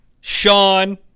Sean